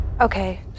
Okay